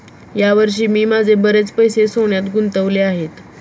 या वर्षी मी माझे बरेच पैसे सोन्यात गुंतवले आहेत